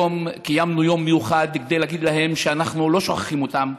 היום קיימנו יום מיוחד כדי להגיד להם שאנחנו לא שוכחים אותם.